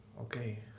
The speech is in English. Okay